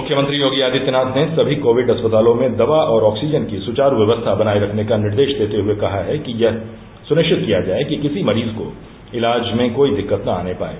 मुख्यमंत्री योगी आदित्यनाथ ने समी कोविड अस्पतालों में दवा और आक्सीजन की सुचारू व्यवस्था बनाये रखने का निर्देश देते हये कहा है कि यह सुनिश्चित किया जाय कि किसी मरीज को इलाज में कोई दिक्कत न आने पाये